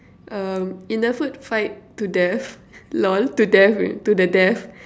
um in a food fight to death lol to death to the death